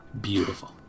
Beautiful